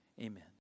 Amen